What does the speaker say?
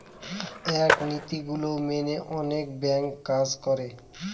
এক নীতি গুলো মেনে কোনো ব্যাঙ্ক কাজ করে